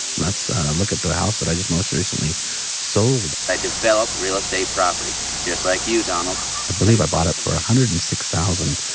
let's look at the house that i just most recently sold i develop real estate property just like you, donald i believe i bought it for one ah hundred and six thousand